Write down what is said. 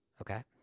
Okay